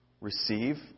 receive